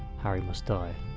harry must die.